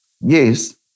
Yes